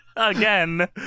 Again